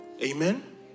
Amen